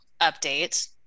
update